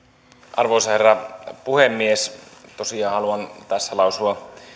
arvoisa herra puhemies haluan tosiaan lausua